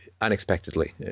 unexpectedly